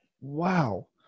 Wow